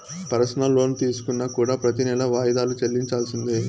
personal loan తీసుకున్నా కూడా ప్రెతి నెలా వాయిదాలు చెల్లించాల్సిందే